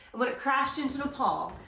when it crashed into nepal,